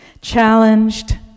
Challenged